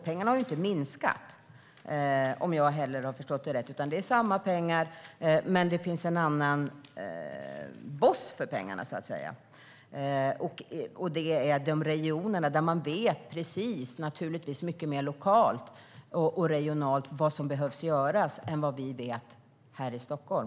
Pengarna har ju inte minskat, om jag förstått rätt, utan det är samma pengar även om det är en annan boss för dem. Nu fördelas pengarna till regionerna, där man vet precis vad som behöver göras lokalt och regionalt. Man vet det bättre där än vi gör här i Stockholm.